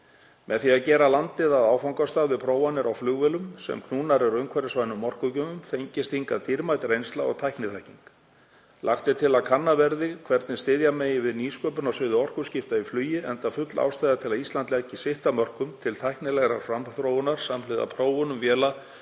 Með því að gera landið að áfangastað við prófanir á flugvélum sem knúnar eru umhverfisvænum orkugjöfum fengist hingað dýrmæt reynsla og tækniþekking. Lagt er til að kannað verði hvernig styðja megi við nýsköpun á sviði orkuskipta í flugi enda full ástæða til að Íslandi leggi sitt af mörkum til tæknilegrar framþróunar samhliða prófunum véla